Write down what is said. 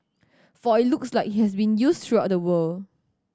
for it looks like he has been used throughout the world